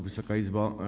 Wysoka Izbo!